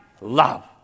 love